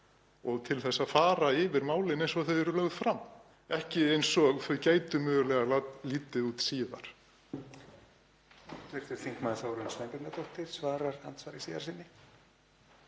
og til að fara yfir málin eins og þau eru lögð fram, ekki eins og þau gætu mögulega litið út síðar.